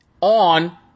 on